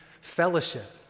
fellowship